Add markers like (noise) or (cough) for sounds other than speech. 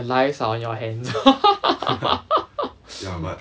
their lives are on your hands (laughs)